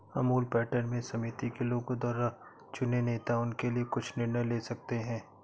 Amul pattern में समिति के लोगों द्वारा चुने नेता उनके लिए कुछ निर्णय ले सकते हैं